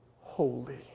holy